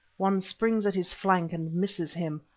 one springs at his flank and misses him.